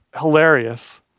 hilarious